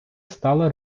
стала